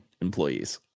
employees